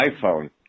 iPhone